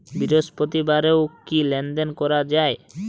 বৃহস্পতিবারেও কি লেনদেন করা যায়?